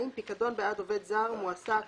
"פיקדון בעד עובד זר מועסק